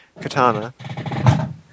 Katana